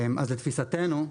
לתפיסתנו,